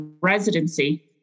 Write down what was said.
residency